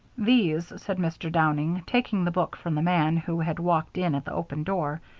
these, said mr. downing, taking the book from the man, who had walked in at the open door,